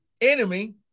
enemy